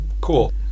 Cool